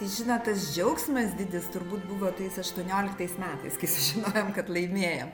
žinot tas džiaugsmas didis turbūt buvo tais aštuonioliktais metais kai sužinojom kad laimėjom